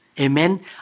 Amen